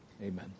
Amen